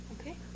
Okay